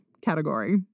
category